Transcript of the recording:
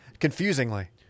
Confusingly